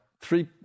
three